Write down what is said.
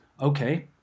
okay